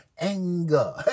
anger